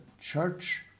church